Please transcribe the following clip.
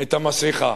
את המסכה.